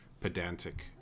pedantic